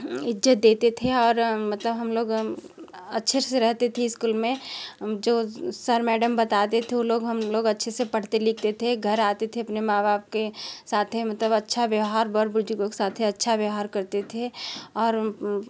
इज्जत देते थे और मतलब हम लोग अच्छे से रहते थे स्कूल में जो सर मैडम बताते थे वो लोग हम लोग अच्छे से पढ़ते लिखते थे घर आते थे अपने माँ बाप के साथ मतलब अच्छा व्यवहार बड़े बुजुर्गो के साथे अच्छा व्यवहार करते थे और